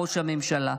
ראש הממשלה.